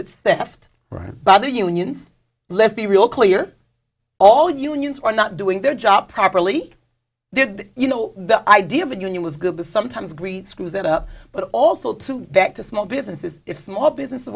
it's left right by the unions let's be real clear all unions are not doing their job properly did you know the idea of a union was good but sometimes great screws it up but also to back to small businesses if small businesses